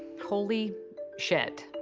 holy shit!